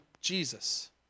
jesus